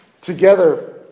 together